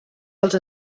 dels